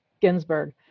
Ginsburg